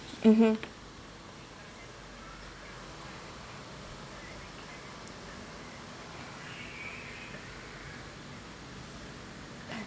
mmhmm